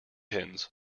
pins